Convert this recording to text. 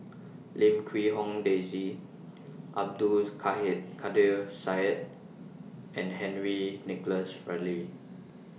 Lim Quee Hong Daisy Abdul Kadir Syed and Henry Nicholas Ridley